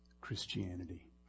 Christianity